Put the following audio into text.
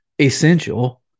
essential